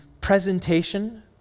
presentation